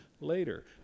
later